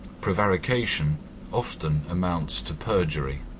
prevarication often amounts to perjury.